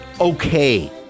okay